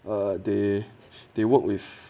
err they they work with